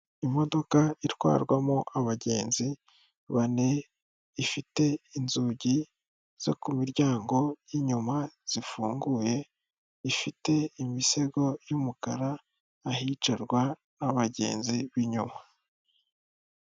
Imodoka itwarwamo abagenzi bane, ifite inzugi zo ku miryango y'inyuma zifunguye, ifite imisego y'umukara ahicarwa n'abagenzi binyuma.